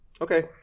Okay